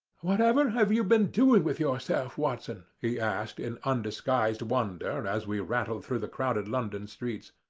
whatever have you been doing with yourself, watson? he asked in undisguised wonder, as we rattled through the crowded london streets.